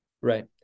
Right